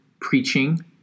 preaching